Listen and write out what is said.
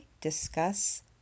discuss